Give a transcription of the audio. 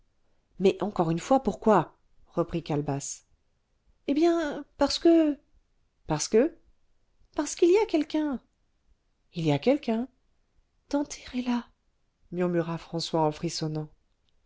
mais encore une fois pourquoi reprit calebasse eh bien parce que parce que parce qu'il y a quelqu'un il y a quelqu'un d'enterré là murmura françois en frissonnant